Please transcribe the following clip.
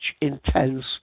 intense